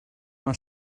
mae